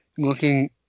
Looking